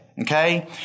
okay